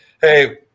hey